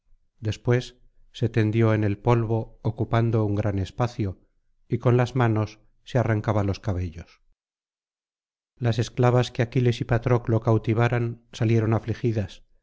después se tendió en el polvo ocupando un gran espacio y con las manos se arrancaba los cabellos las esclavas que aquiles y patroclo cautivaran salieron afligidas